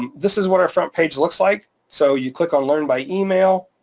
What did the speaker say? and this is what our front page looks like, so you click on learn by email